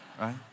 Right